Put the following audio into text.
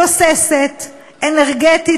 תוססת ואנרגטית.